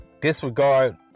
Disregard